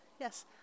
Yes